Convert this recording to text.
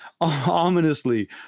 ominously